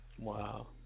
Wow